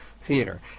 Theater